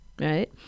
Right